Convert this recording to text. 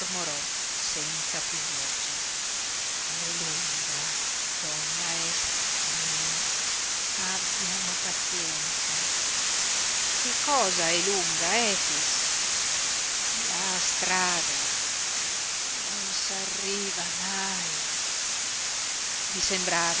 senza piú voce è lunga donna ester mia abbiano pazienza che cosa è lunga efix la strada non s'arriva mai gli sembrava